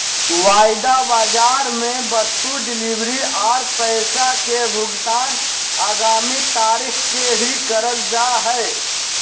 वायदा बाजार मे वस्तु डिलीवरी आर पैसा के भुगतान आगामी तारीख के ही करल जा हय